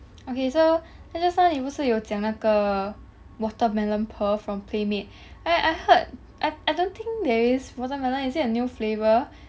okay so then just now 你不是有讲那个 watermelon pearl from Playmade and I heard I I don't think there is watermelon is it a new flavor